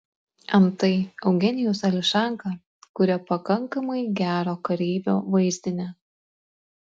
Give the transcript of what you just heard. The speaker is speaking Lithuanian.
antai eugenijus ališanka kuria pakankamai gero kareivio vaizdinį